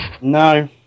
no